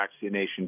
vaccination